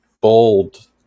bold